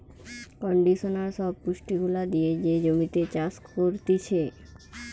conditioner সব পুষ্টি গুলা দিয়ে যে জমিতে চাষ করতিছে